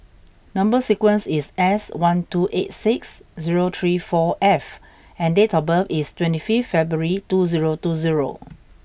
number sequence is S one two eight six zero three four F and date of birth is twenty fifth February two zero two zero